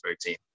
team